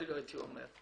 אפילו הייתי אומר.